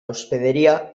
hospedería